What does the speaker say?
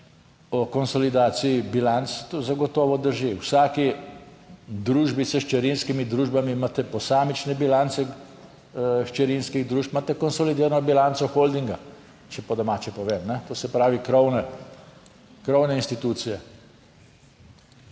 o konsolidaciji bilanc, to zagotovo drži, v vsaki družbi s hčerinskimi družbami imate posamične bilance hčerinskih družb, imate konsolidirano bilanco holdinga, če po domače povem, to se pravi krovne, krovne institucije.